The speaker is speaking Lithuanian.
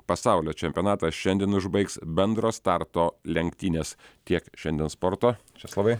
pasaulio čempionatą šiandien užbaigs bendro starto lenktynės tiek šiandien sporto česlovai